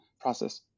process